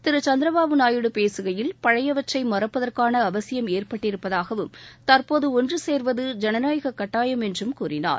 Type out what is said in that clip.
திரு சந்திரபாபு நாயுடு பேசுகையில் பழையவற்றை மறப்பதற்கான அவசியம் ஏற்பட்டிருப்பதாகவும் தற்போது ஒன்றுசேருவது ஜனநாயக கட்டாயம் என்றும் கூறினார்